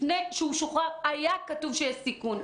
לפני שהוא שוחרר היה כתוב שיש סיכון.